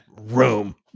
Room